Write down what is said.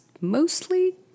mostly